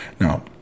Now